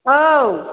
औ